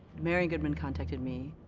marian goodman contacted me,